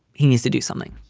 he needs to do something.